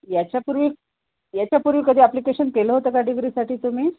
याच्यापूर्वी याच्यापूर्वी कधी ॲप्लिकेशन केलं आहे त्या काॅटेगरीसाठी तुम्ही